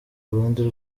urundi